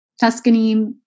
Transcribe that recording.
Tuscany